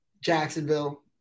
Jacksonville